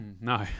No